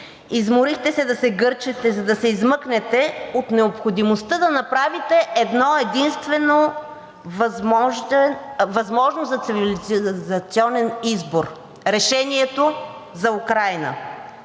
Изморихте се да се гърчите, за да се измъкнете от необходимостта да направите едно-единствено възможно за цивилизационен избор – решението за Украйна.